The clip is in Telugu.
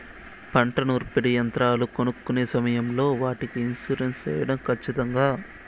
పంట నూర్పిడి యంత్రాలు కొనుక్కొనే సమయం లో వాటికి ఇన్సూరెన్సు సేయడం ఖచ్చితంగా?